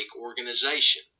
organization